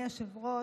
אדוני היושב-ראש,